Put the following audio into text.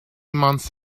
months